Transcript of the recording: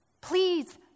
please